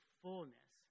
fullness